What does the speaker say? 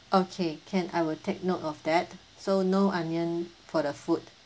okay can I will take note of that so no onion for the food